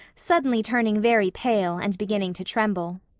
suddenly turning very pale and beginning to tremble.